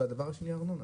והדבר השני ארנונה.